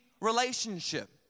relationship